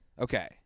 Okay